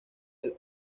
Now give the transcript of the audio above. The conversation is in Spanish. del